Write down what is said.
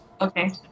Okay